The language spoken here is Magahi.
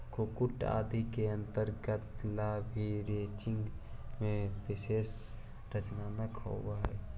कुक्कुट आदि के पालन ला भी रैंचिंग में विशेष संरचनाएं होवअ हई